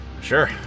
Sure